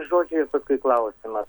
žodžiu ir paskui klausimas